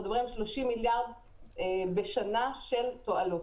אנחנו מדברים על 30 מיליארד שקל בשנה של תועלות.